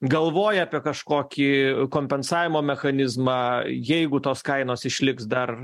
galvoja apie kažkokį kompensavimo mechanizmą jeigu tos kainos išliks dar